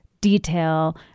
detail